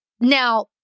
Now